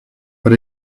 but